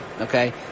okay